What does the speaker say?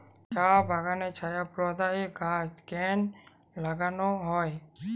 চা বাগানে ছায়া প্রদায়ী গাছ কেন লাগানো হয়?